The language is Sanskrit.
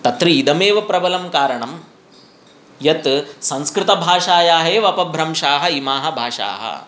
तत्र इदमेव प्रबलं कारणं यत् संस्कृतभाषायाः एव अपभ्रंशाः इमाः भाषाः